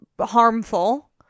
harmful